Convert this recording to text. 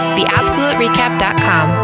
TheAbsoluteRecap.com